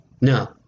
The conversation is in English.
No